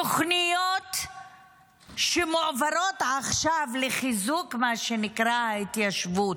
תוכניות שמועברות עכשיו לחיזוק ההתיישבות,